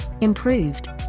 improved